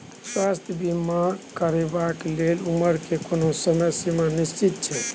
स्वास्थ्य बीमा करेवाक के लेल उमर के कोनो समय सीमा निश्चित छै?